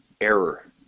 error